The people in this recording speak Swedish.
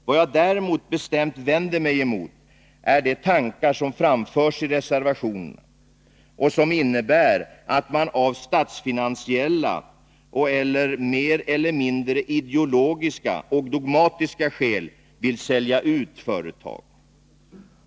Vad jag däremot bestämt vänder mig emot är de tankar som framförs i reservationerna och som innebär att man av statsfinansiella eller mer eller mindre ideologiska och dogmatiska skäl vill sälja ut företag.